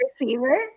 receiver